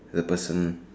to the person